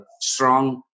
strong